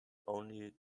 only